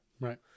Right